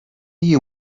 you